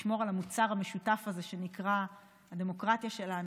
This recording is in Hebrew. לשמור על המוצר המשותף הזה שנקרא הדמוקרטיה שלנו,